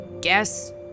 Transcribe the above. guess